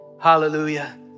Hallelujah